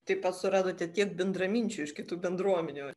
taip pat suradote tiek bendraminčių iš kitų bendruomenių